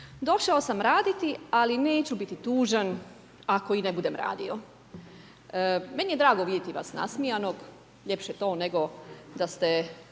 došao sam raditi ali neću biti tužan ako i ne budem radio. Meni je drago vidjeti vas nasmijanog, ljepše to nego da ste